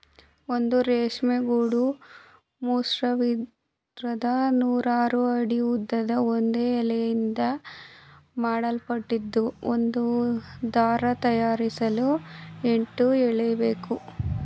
ಒಂದು ರೇಷ್ಮೆ ಗೂಡು ಮೂರ್ಸಾವಿರದ ಆರ್ನೂರು ಅಡಿ ಉದ್ದದ ಒಂದೇ ಎಳೆಯಿಂದ ಮಾಡಲ್ಪಟ್ಟಿದ್ದು ಒಂದು ದಾರ ತಯಾರಿಸಲು ಎಂಟು ಎಳೆಬೇಕು